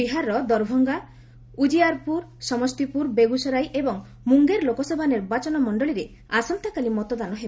ବିହାରର ଦରଭଙ୍ଗା ଉଜିୟାର୍ପୁର ସମସ୍ତିପୁର ବେଗୁସରାଇ ଏବଂ ମୁଙ୍ଗେର ଲୋକସଭା ନିର୍ବାଚନ ମଣ୍ଡଳୀରେ ଆସନ୍ତାକାଲି ମତଦାନ ହେବ